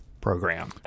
program